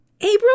Abram